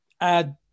add